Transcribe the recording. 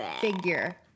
figure